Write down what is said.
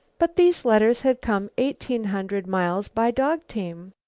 but these letters had come eighteen hundred miles by dog-team.